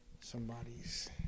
somebody's